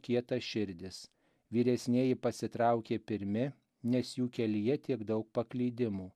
kietaširdis vyresnieji pasitraukė pirmi nes jų kelyje tiek daug paklydimų